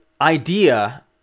idea